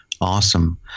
Awesome